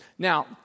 Now